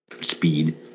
speed